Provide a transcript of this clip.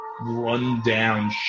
run-down